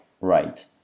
Right